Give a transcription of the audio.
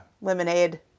Lemonade